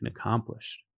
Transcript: accomplished